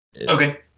Okay